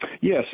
Yes